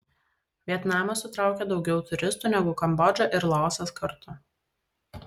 vietnamas sutraukia daugiau turistų negu kambodža ir laosas kartu